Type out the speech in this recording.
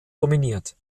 dominiert